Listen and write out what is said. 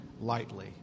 lightly